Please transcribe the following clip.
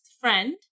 friend